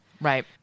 Right